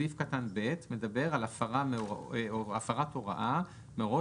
סעיף קטן (ב) מדבר על הפרת הוראה מהוראות